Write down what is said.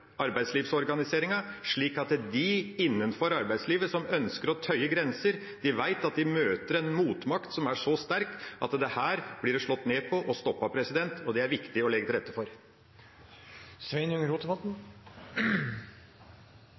arbeidslivsorganiseringa, slik at de innafor arbeidslivet som ønsker å tøye grenser, vet at de møter en motmakt som er så sterk at dette blir slått ned på og stoppet. Og det er det viktig å legge til rette for.